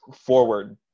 forward